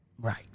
right